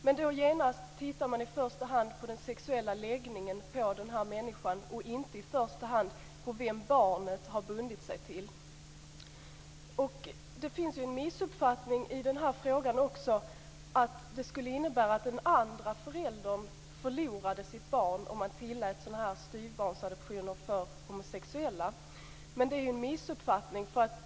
Men då genast tittar man i första hand på den sexuella läggningen på den människan och inte i första hand på vem barnet har bundit sig till. Det finns också en missuppfattning i den här frågan att det skulle innebära att den andre föräldern förlorade sitt barn om man tillät styvbarnsadoptioner för homosexuella. Det är en missuppfattning.